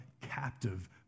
captive